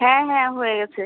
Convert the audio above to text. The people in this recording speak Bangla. হ্যাঁ হ্যাঁ হয়ে গেছে